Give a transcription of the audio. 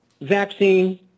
vaccine